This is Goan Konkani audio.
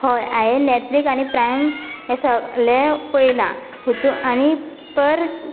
हय हांवें नेटफ्लिक आनी प्रायम हें सगलें पळयलां हातूंत आनी पर